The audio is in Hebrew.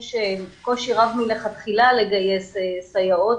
מלכתחילה יש קושי רב לגייס סייעות